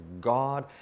God